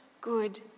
good